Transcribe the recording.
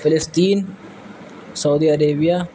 Palestine Saudi Arabia